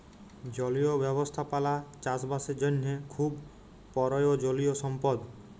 জলীয় ব্যবস্থাপালা চাষ বাসের জ্যনহে খুব পরয়োজলিয় সম্পদ